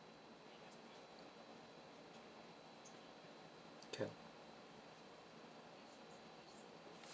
can